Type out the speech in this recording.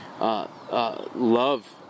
love